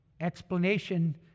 explanation